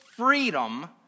Freedom